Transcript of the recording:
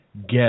get